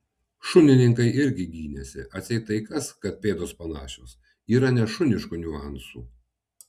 šunininkai irgi gynėsi atseit tai kas kad pėdos panašios yra nešuniškų niuansų